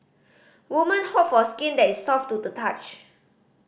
women hope for skin that is soft to the touch